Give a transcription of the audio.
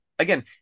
Again